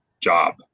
job